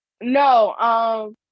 No